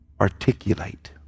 Articulate